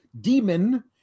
demon